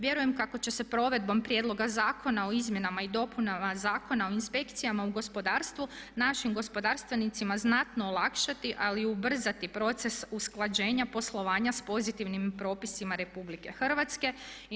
Vjerujem kako će se provedbom prijedloga zakona o izmjenama i dopunama Zakona o inspekcijama u gospodarstvu našim gospodarstvenicima znatno olakšati ali i ubrzati proces usklađenja poslovanja s pozitivnim propisima Republike Hrvatske.